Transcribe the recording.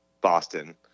Boston